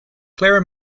clara